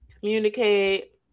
communicate